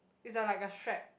is a like a strap